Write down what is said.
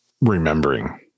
remembering